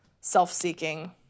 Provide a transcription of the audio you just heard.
self-seeking